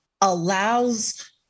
allows